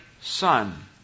son